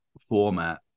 format